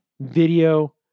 Video